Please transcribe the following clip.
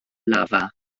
lafa